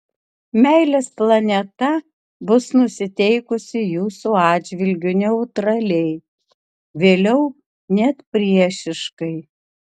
meilės planeta bus nusiteikusi jūsų atžvilgiu neutraliai vėliau net priešiškai